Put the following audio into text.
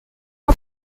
are